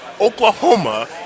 Oklahoma –